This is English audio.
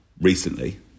recently